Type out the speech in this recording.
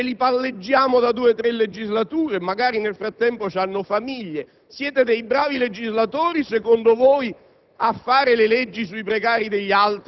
che presagiva la castina, che ci palleggiamo da due o tre legislature, che magari nel frattempo hanno messo su famiglia? Siete bravi legislatori secondo voi